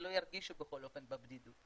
שלא ירגישו בכל אופן בבדידות.